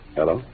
Hello